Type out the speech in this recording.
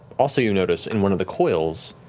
also, you notice, in one of the coils,